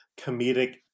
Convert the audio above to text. comedic